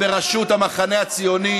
זה בראשות המחנה הציוני,